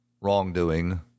wrongdoing